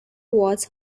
was